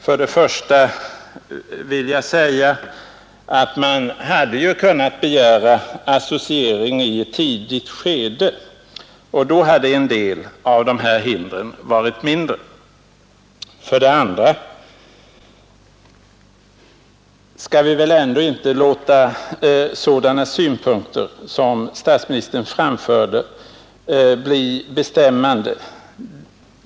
För det första vill jag säga att vi hade kunnat begära associering i ett tidigt skede, och då hade en del av dessa hinder varit mindre. För det andra skall vi väl inte låta enbart sådana synpunkter som statsministern framförde bli bestämmande.